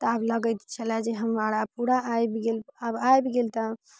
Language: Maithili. तऽ आब लगैत छलै जे हम पूरा आबि गेल आब आबि गेल तऽ